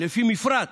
לפי מפרט,